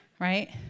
Right